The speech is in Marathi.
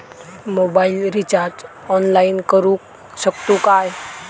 मोबाईल रिचार्ज ऑनलाइन करुक शकतू काय?